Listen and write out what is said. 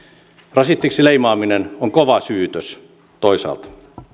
rasistiksi leimaaminen on kova syytös toisaalta